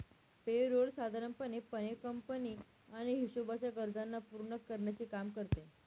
पे role साधारण पणे company आणि हिशोबाच्या गरजांना पूर्ण करण्याचे काम करते